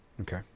Okay